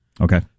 Okay